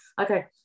Okay